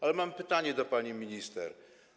Ale mam pytanie do pani minister.